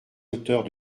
auteurs